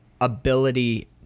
ability